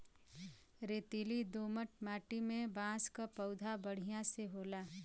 रेतीली दोमट माटी में बांस क पौधा बढ़िया से होला